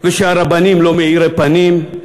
שהרבנים לא מאירי פנים,